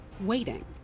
waiting